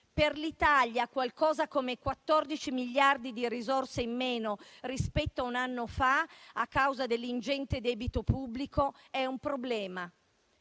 Per l'Italia qualcosa come 14 miliardi di risorse in meno rispetto a un anno fa, a causa dell'ingente debito pubblico, è un problema.